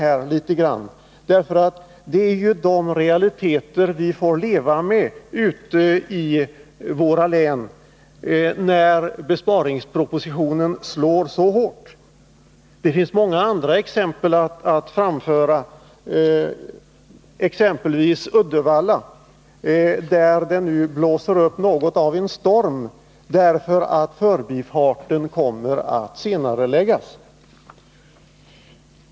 Att besparingspropositionen slår så hårt är ju en realitet vi får leva med ute i länen. Det finns många andra exempel att anföra. I Uddevalla exempelvis blåser det nu upp något av en storm, därför att förbipassagen kommer att senareläggas.